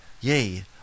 yea